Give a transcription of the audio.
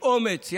באומץ,